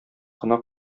кына